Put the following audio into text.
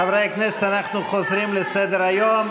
חברי הכנסת, אנחנו חוזרים לסדר-היום.